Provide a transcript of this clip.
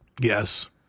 yes